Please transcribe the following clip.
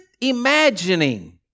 imagining